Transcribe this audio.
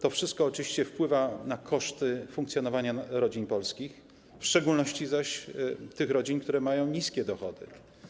To wszystko oczywiście wpływa na koszty funkcjonowania rodzin polskich, w szczególności zaś tych, które mają niskie dochody.